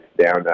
down